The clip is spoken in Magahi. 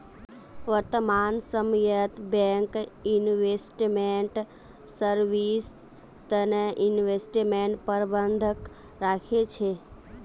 वर्तमान समयत बैंक इन्वेस्टमेंट सर्विस तने इन्वेस्टमेंट प्रबंधक राखे छे